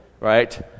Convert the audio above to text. right